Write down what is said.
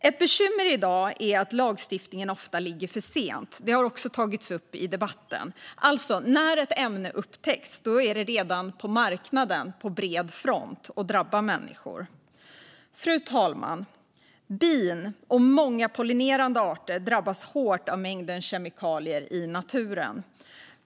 Ett bekymmer i dag är att lagstiftningen ofta ligger för sent. Det har också tagits upp i debatten. När ett ämne upptäcks är det redan på marknaden på bred front och drabbar människor. Fru talman! Bin och många pollinerande arter drabbas hårt av mängden kemikalier i naturen.